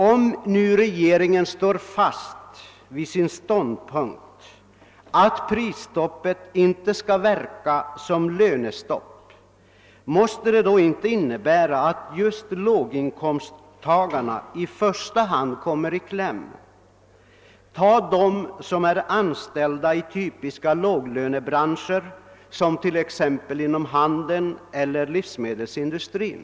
Om nu regeringen står fast vid sin ståndpunkt att prisstoppet inte skall verka som lönestopp, måste det då inte innebära att just låginkomsttagarna i första hand kommer i kläm? Ta dem som är anställda i typiska låglönebranscher, t.ex. inom handeln eller livsmedelsindustrin!